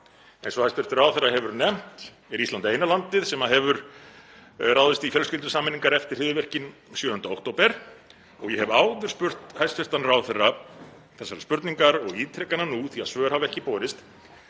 Eins og hæstv. ráðherra hefur nefnt er Ísland eina landið sem hefur ráðist í fjölskyldusameiningar eftir hryðjuverkin 7. október og ég hef áður spurt hæstv. ráðherra þessarar spurningar og ítreka hana nú því að svör hafi ekki borist: